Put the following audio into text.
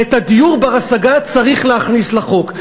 ואת הדיור בר-השגה צריך להכניס לחוק.